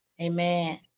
Amen